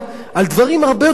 על דברים הרבה יותר קטנים,